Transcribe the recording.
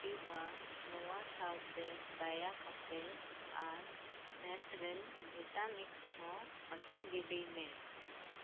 ᱠᱟᱯᱤᱵᱷᱟ ᱱᱚᱣᱟ ᱥᱟᱶᱛᱮ ᱫᱟᱭᱟ ᱠᱟᱛᱮᱫ ᱟᱨ ᱱᱮᱴᱨᱮᱞ ᱵᱷᱤᱴᱟ ᱢᱤᱠᱥ ᱦᱚᱸ ᱚᱪᱚᱜ ᱜᱤᱰᱤ ᱢᱮ